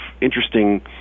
interesting